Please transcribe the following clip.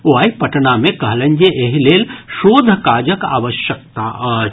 ओ आइ पटना मे कहलनि जे एहि लेल शोध काजक आवश्यकता अछि